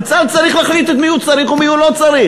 וצה"ל צריך להחליט את מי הוא צריך ואת מי הוא לא צריך.